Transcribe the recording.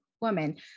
woman